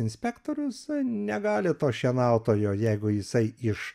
inspektorius negali to šienautojo jeigu jisai iš